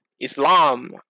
Islam